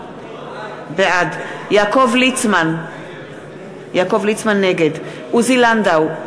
בעד יעקב ליצמן, נגד עוזי לנדאו,